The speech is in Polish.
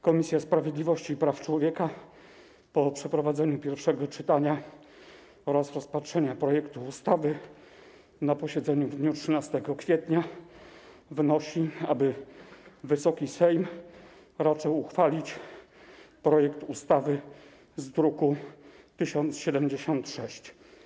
Komisja Sprawiedliwości i Praw Człowieka po przeprowadzeniu pierwszego czytania oraz rozpatrzeniu projektu ustawy na posiedzeniu w dniu 13 kwietnia wnosi, aby Wysoki Sejm raczył uchwalić projekt ustawy z druku nr 1076.